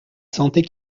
sentait